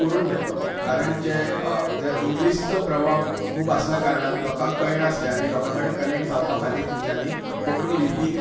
करून घेतलो कारण जे इंग्लीशचो प्रभाव खूब आसल्या कारणान लोकांक कळनासले आनी लोकां कडेन कनेक्ट जावपा खातीर तिच्यांनी कोंकणी लिपीन